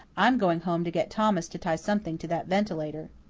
i'm going home to get thomas to tie something to that ventilator.